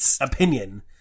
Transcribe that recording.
opinion